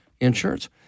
insurance